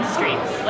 Streets